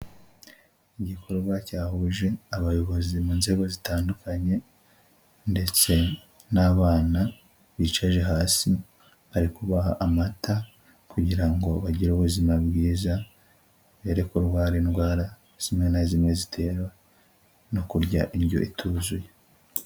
Igikorwa cyahuje abayobozi mu nzego zitandukanye, ndetse n'abana bicaje hasi barikubaha amata kugira ngo bagire ubuzima bwiza, bere kurwara indwara zimwe na zimwe ziterwa no kurya indyo ituzuye.